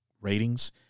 ratings